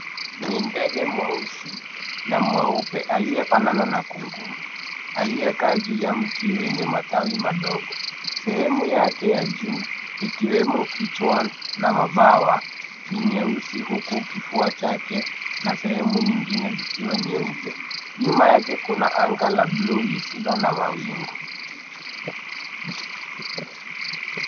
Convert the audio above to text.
Ni ndege mweusi na mweupe aliyefanana na kunguru aliyekaa juu ya mti wenye matawi madogo. Sehemu yake ya juu ikiwemo kichwa na mabawa ni nyeusi huku kifua chake na sehemu nyingine zikiwa nyeupe. Nyuma yake kuna anga la bluu lisilo na mawingu.